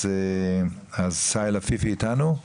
אז סהל איתנו.